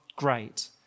Great